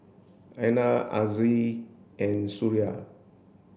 Aina Aziz and Suria